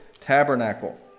tabernacle